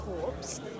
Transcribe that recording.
corpse